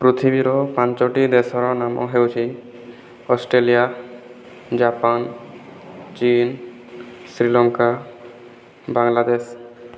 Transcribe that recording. ପୃଥିବୀର ପାଞ୍ଚୋଟି ଦେଶର ନାମ ହେଉଛି ଅଷ୍ଟ୍ରେଲିଆ ଜାପାନ୍ ଚୀନ୍ ଶ୍ରୀଲଙ୍କା ବାଙ୍ଗଲାଦେଶ